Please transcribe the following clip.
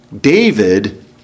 David